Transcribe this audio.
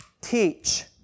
teach